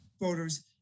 voters